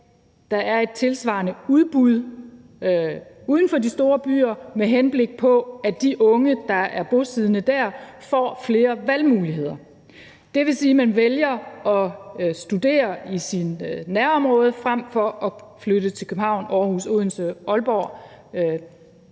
der er et tilsvarende udbud uden for de store byer, med henblik på at de unge, der er bosiddende dér, får flere valgmuligheder. Det vil sige, at man vælger at studere i sit nærområde frem for at flytte til København, Aarhus, Odense eller Aalborg.